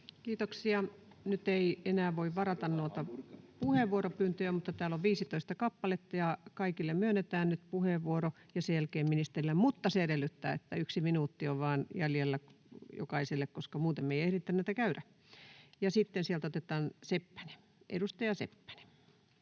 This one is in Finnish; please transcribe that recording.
Kiitoksia. — Nyt ei enää voi varata noita puheenvuoropyyntöjä, joita täällä on 15 kappaletta ja kaikille myönnetään nyt puheenvuoro ja sen jälkeen ministerille. Mutta se edellyttää, että yksi minuutti on vain jäljellä jokaiselle, koska muuten me ei ehditä näitä käydä. — Sitten sieltä otetaan edustaja Seppänen.